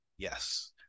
yes